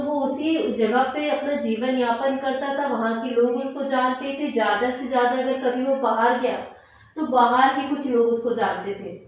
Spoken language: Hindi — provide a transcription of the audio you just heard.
वो उसी जगह पर अपना जीवनयापन करता था वहाँ के लोग उसको जानते थे ज्यादा से ज्यादा अगर कभी वो बाहर गया तो बाहर के कुछ लोग उसको जानते थे